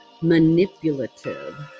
manipulative